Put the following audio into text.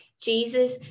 Jesus